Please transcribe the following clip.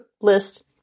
list